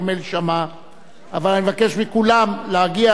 אבל אני מבקש מכולם להגיע בזמן ולא להתבלבל.